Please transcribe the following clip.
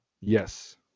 Yes